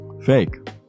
fake